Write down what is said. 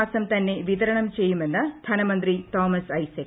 മാസം തന്നെ വിതരണം ചെയ്യുമെന്ന് ധനമന്ത്രി തോമസ് ഐസക്